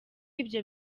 ibyo